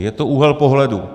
Je to úhel pohledu.